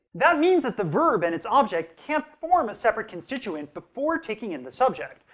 that means that the verb and its object can't form a separate constituent before taking in the subject.